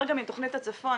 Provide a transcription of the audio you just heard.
--- מתכנית הצפון,